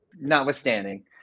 notwithstanding